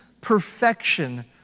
perfection